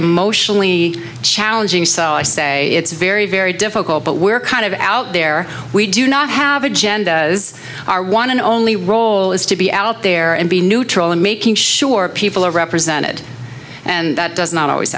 emotionally challenging so i say it's very very difficult but we're kind of out there we do not have agendas are one and only role is to be out there and be neutral in making sure people are represented and that does not always